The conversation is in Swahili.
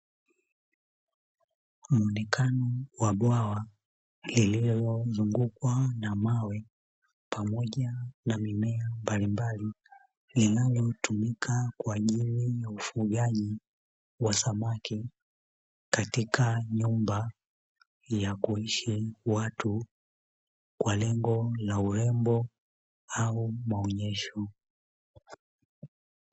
Muonekano wa bwawa lililozungukwa na mawe pamoja na mimea mbalimbali, inayotumika kwa ajili ya ufugaji samaki katika nyumba ya kuishi watu kwa lengo la urembo au maonyesho.